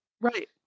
Right